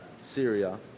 Syria